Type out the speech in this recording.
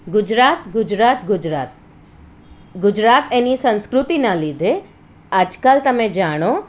ગુજરાત ગુજરાત ગુજરાત ગુજરાત એની સંસ્કૃતિનાં લીધે આજકાલ તમે જાણો